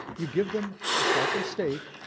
you give them a sharpened stake,